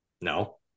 No